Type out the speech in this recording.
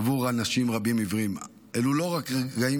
עבור אנשים רבים עיוורים אלו לא רק רגעים